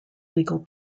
legal